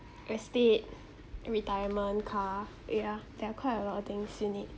estate and retirement car ya there are quite a lot of things you need